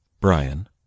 Brian